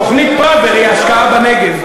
תוכנית פראוור היא ההשקעה בנגב.